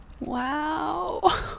Wow